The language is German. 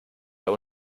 der